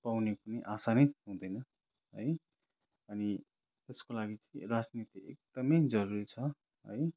पाउने कुनै आशा नै हुँदैन है अनि त्यस्को लागि राजनीति एकदमै जरुरी छ है